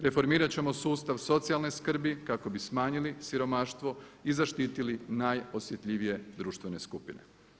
Reformirat ćemo sustav socijalne skrbi kako bi smanjili siromaštvo i zaštitili najosjetljivije društvene skupine.